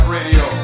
Radio